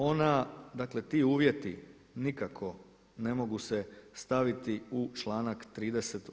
Ona, dakle ti uvjeti nikako ne mogu se staviti u članak 30.